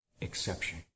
exception